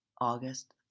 august